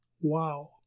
Wow